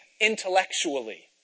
intellectually